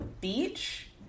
beach